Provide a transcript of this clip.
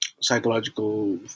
psychological